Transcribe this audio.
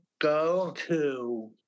go-to